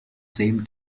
same